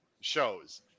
shows